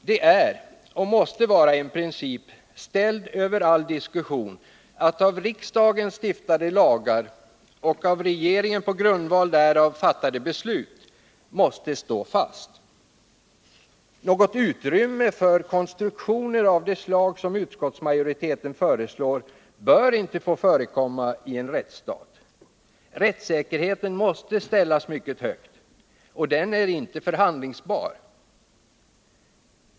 Det är och måste vara en princip ställd över all diskussion att av riksdagen stiftade lagar och av regeringen på grundval därav fattade beslut måste stå fast. Något utrymme för konstruktioner av det slag som utskottsmajoriteten föreslår bör inte få förekomma i en rättsstat. Rättssäkerheten måste ställas mycket högt — och den är inte förhandlingsbar.